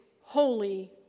Holy